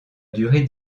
durer